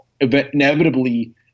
inevitably